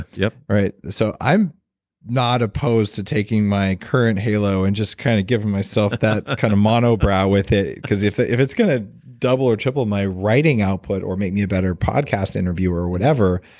yeah all right, so i'm not opposed to taking my current halo and just kind of giving myself that kind of mono-brow with it, because if ah if it's going to double or triple my writing output, or make me a better podcast interviewer, or whatever,